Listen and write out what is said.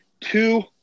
two